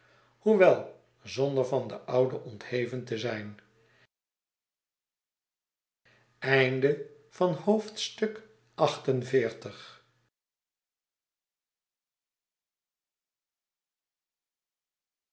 hoewel zonder van de oude ontheven te zijn